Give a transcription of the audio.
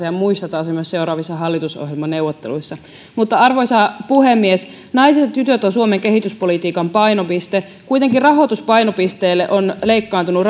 ja muistamme sen myös seuraavissa hallitusohjelmaneuvotteluissa arvoisa puhemies naiset ja tytöt ovat suomen kehityspolitiikan painopiste kuitenkin rahoitus painopisteelle on leikkaantunut